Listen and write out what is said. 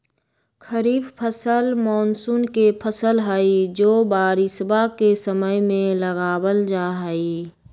खरीफ फसल मॉनसून के फसल हई जो बारिशवा के समय में लगावल जाहई